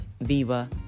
Viva